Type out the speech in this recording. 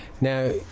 Now